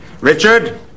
Richard